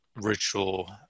ritual